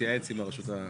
שתתייעץ עם הרשות המקומית.